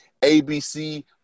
abc